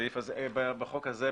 בחוק הזה,